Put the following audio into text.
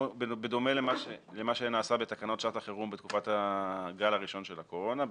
בדומה למה שנעשה בתקנות שעת החירום בתקופת הגל הראשון של הקורונה,